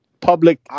public